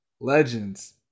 Legends